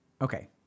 Okay